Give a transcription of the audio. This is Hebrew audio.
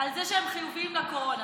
זה על חשבונך, הזמן?